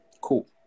Cool